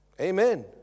Amen